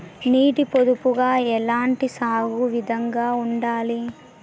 నీటి పొదుపుగా ఎలాంటి సాగు విధంగా ఉండాలి?